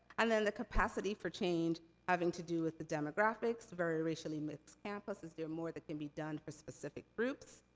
and then, the capacity for change having to do with the demographics. very racially mixed campus, is there more that can be done for specific groups?